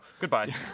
Goodbye